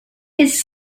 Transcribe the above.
his